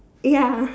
ya